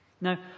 Now